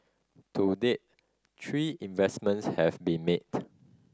to date three investments have been made